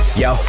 yo